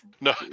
No